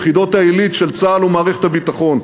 יחידות העילית של צה"ל ומערכת הביטחון,